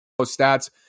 stats